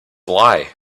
lie